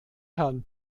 herrn